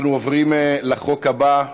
אנחנו עוברים לחוק הבא,